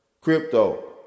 crypto